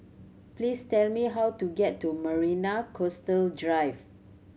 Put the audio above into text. please tell me how to get to Marina Coastal Drive